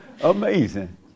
Amazing